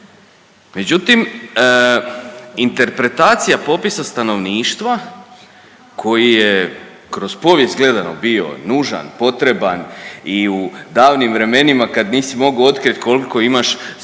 međutim interpretacija popisa stanovništva koji je kroz povijest gledano bio nužan, potreban i u davnim vremenima kad nisi mogao otkriti koliko imaš stanovnika